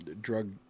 drug